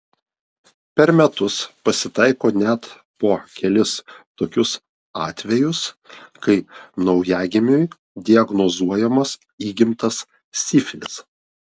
per metus pasitaiko net po kelis tokius atvejus kai naujagimiui diagnozuojamas įgimtas sifilis